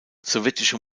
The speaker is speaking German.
sowjetische